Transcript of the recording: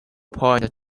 point